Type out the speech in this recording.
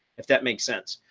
if that makes sense.